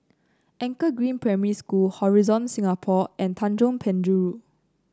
Anchor Green Primary School Horizon Singapore and Tanjong Penjuru